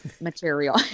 material